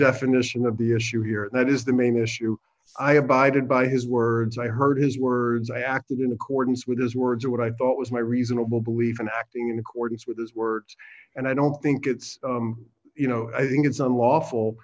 definition of the issue here and that is the main issue i abided by his words i heard his words i acted in accordance with his words what i thought was my reasonable belief and acting in accordance with his words and i don't think it's you know i think it's unlawful